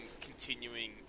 continuing